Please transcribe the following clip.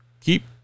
Keep